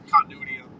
continuity